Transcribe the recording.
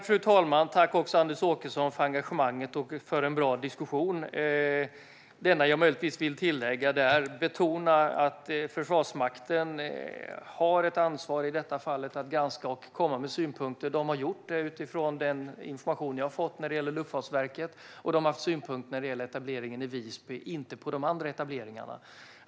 Fru talman! Tack, Anders Åkesson, för engagemanget och för en bra diskussion! Det enda jag möjligtvis vill tillägga är en betoning av att Försvarsmakten i detta fall har ett ansvar för att granska och komma med synpunkter. Detta har de gjort utifrån den information jag har fått när det gäller Luftfartsverket. De har haft synpunkter när det gäller etableringen i Visby, men inte på de andra etableringarna.